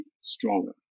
stronger